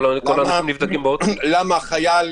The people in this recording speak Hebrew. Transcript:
למה חייל,